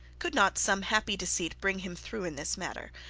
could not some happy deceit bring him through in this matter,